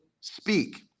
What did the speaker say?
speak